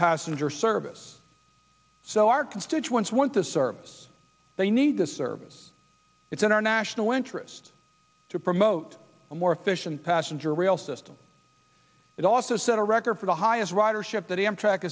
passenger service so our constituents want the service they need the service it's in our national interest to promote a more efficient passenger rail system it also set a record for the highest ridership that amtrak